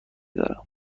دارم